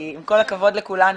כי עם כל הכבוד לכולנו